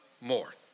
more